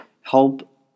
help